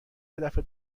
یدفعه